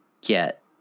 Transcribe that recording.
get